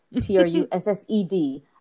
t-r-u-s-s-e-d